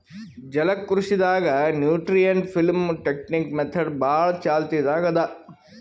ಜಲಕೃಷಿ ದಾಗ್ nutrient film technique method ಭಾಳ್ ಚಾಲ್ತಿದಾಗ್ ಅದಾ